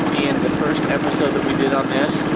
the first episode that we did on this,